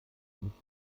nicht